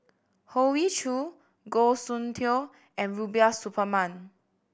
Hoey Choo Goh Soon Tioe and Rubiah Suparman